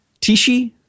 Tishi